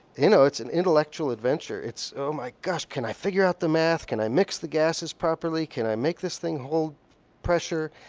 you know, it's an intellectual adventure. it's, oh my gosh, can i figure out the math? can i mix the gases properly? can i make this thing hold pressure?